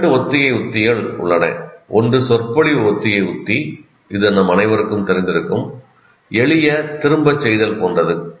இரண்டு ஒத்திகை உத்திகள் உள்ளன ஒன்று சொற்பொழிவு ஒத்திகை உத்தி இது நம் அனைவருக்கும் தெரிந்திருக்கும் எளிய திரும்பச் செய்தல் போன்றது